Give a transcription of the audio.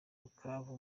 bukavu